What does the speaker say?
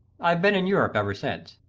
i've been in europe ever since.